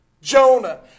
Jonah